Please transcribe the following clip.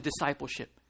discipleship